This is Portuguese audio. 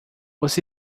você